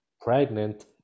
pregnant